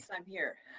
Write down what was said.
so i'm here.